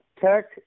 Tech